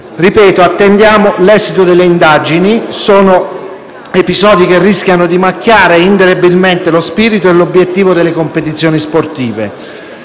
Ripeto: attendiamo l'esito delle indagini. Sono episodi che rischiano di macchiare indelebilmente lo spirito e l'obiettivo delle competizioni sportive.